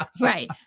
Right